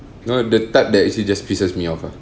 you know the type that is it just pisses me off ah